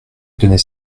donner